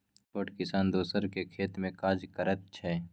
छोट किसान दोसरक खेत मे काज करैत छै